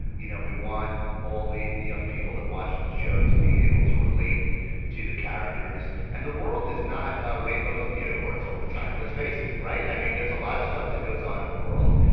you know, we want all the the young people that watch the show to be able to relate to the characters, and the world is not ah rainbows and unicorns all the time, let's face it. right? i mean, there's a lot of stuff that goes on in the world.